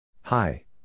Hi